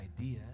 idea